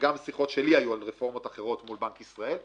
וגם בשיחות שלי היו על רפורמות אחרות מול בנק ישראל,